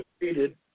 defeated